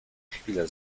chwilę